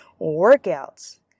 workouts